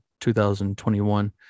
2021